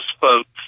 folks